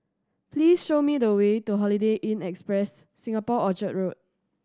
please show me the way to Holiday Inn Express Singapore Orchard Road